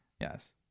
yes